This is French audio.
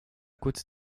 côte